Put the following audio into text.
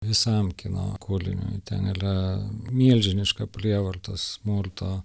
visam kino kūriniui ten yra milžiniška prievartos smurto